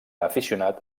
aficionat